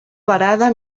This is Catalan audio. varada